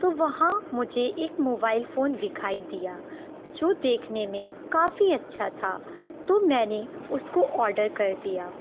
تو وہاں مجھے ایک موبائل فون دکھائی دیا جو دیکھںے میں کافی اچھا تھا تو میں نے اس کو آڈر کر دیا